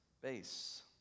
base